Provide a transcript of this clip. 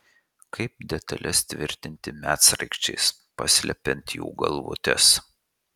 kaip detales tvirtinti medsraigčiais paslepiant jų galvutes